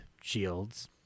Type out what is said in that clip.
Shields